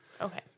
Okay